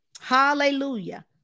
Hallelujah